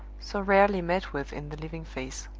so rarely met with in the living face.